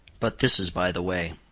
but this is by the way.